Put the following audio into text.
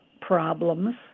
problems